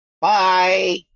Bye